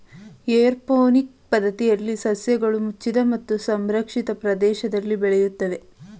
aeroponic ಪದ್ಧತಿಯಲ್ಲಿ ಸಸ್ಯಗಳು ಮುಚ್ಚಿದ ಮತ್ತು ಸಂರಕ್ಷಿತ ಪ್ರದೇಶದಲ್ಲಿ ಬೆಳೆಯುತ್ತದೆ